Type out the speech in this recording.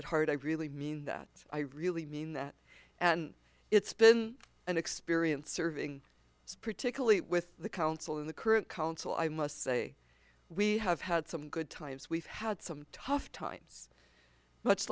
at heart i really mean that i really mean that and it's been an experience serving particularly with the council in the current council i must say we have had some good times we've had some tough times